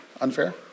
unfair